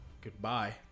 Goodbye